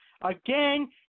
Again